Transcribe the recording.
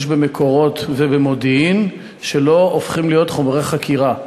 במקורות ובמודיעין שלא הופכים להיות חומרי חקירה.